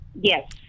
yes